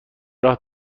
راه